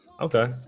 Okay